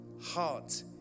heart